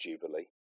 Jubilee